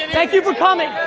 and thank you for coming.